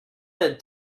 had